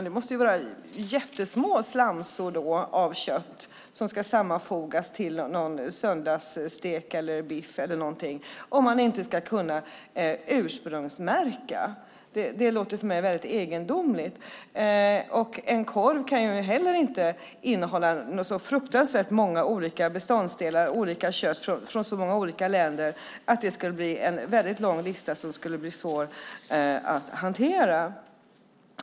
Det måste väl vara jättesmå slamsor av kött som ska sammanfogas till någon söndagsstek, biff eller något om man inte ska kunna ursprungsmärka. Det låter för mig väldigt egendomligt. En korv kan heller inte innehålla så fruktansvärt många olika beståndsdelar, olika kött från så många olika länder att det skulle bli en väldigt lång lista som skulle bli svår att hantera.